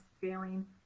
failing